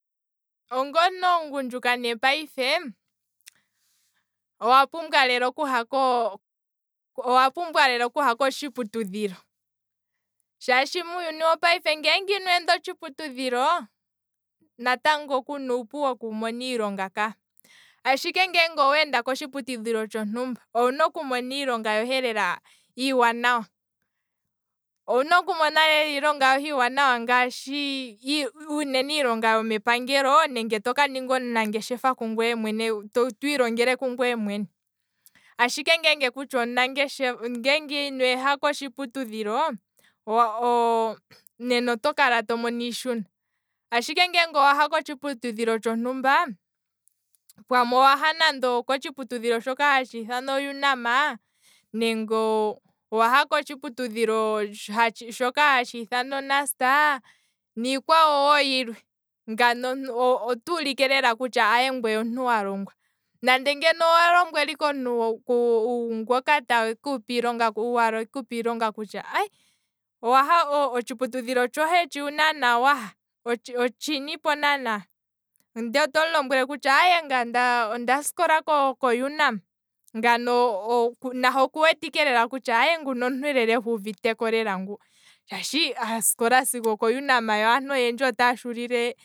Onga omuntu omugundjuka ne payife, owa pumbwa lela okuha ko- ko, owapumbwa lela okuha kotshiputudhilo, shaashi muuyuni wopayife nge inwenda kotshiputudhilo, kuna uupu wokumona iilonga ka, ashike ngele oweenda kotshipudhilo tshontumba, owuna okumona iilonga yohe lela iiwanawa, owuna okumona iilonga yohe lela iiwanawa ngaashi uunene yomepangelo, nenge toka ninga omunangeshefa twiilongele kungweye mwene, ashinge ngeenge kutshi omunangeshefa, ngeenge inoha kotshiputudhilo, nena oto kala tomo iishuna, ashike ngele owaha nande okotshipudhilo tshontumba, waha nande ngaa kotshiputudhilo tsha unam, nenge owaha kotshiputudhilo shoka hatshi ithanwa onust niikwawo ngaa yilwe, ngano otuulike lela kutya aye ngweye omuntu alongwa, nande ngeno owa lombwela ike omuntu ngoka tekupe iilonga waala ekupe iilonga kutya aye, otshiputudhilo shiwa ha otshini po naana, kutya aye ngaye ondasikola kounam nahe okuwete lela kutya aye nguno nomuntu lela uuviteko lela ngu, asikola sigo okounam yo aantu oyendji otaya shuulile